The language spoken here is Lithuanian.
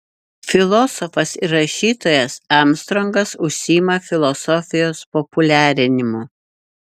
filosofas ir rašytojas armstrongas užsiima filosofijos populiarinimu